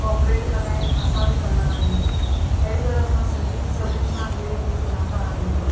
cooperate कंदा आहिनि असां बि कंदा आहियूं अहिड़ी तरह सां सिंधी सभिनिनि सां हिली मिली रहंदा आहियूं